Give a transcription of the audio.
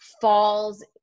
falls